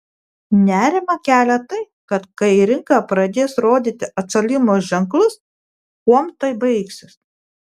nerimą kelia tai kad kai rinka pradės rodyti atšalimo ženklus kuom tai baigsis